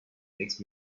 makes